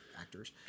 actors